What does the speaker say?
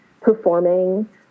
performing